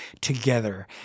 together